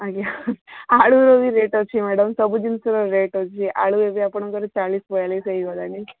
ଆଜ୍ଞା ଆଳୁର ବି ରେଟ୍ ଅଛି ମ୍ୟାଡମ୍ ସବୁ ଜିନିଷ ରେଟ୍ ଅଛି ଆଳୁ ଏବେ ଆପଣଙ୍କର ଚାଳିଶ ବୟାଳିଶ ହୋଇଗଲାଣି